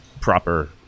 proper